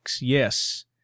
yes